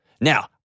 Now